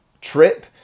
trip